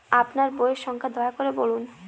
আপনার বইয়ের সংখ্যা দয়া করে বলুন?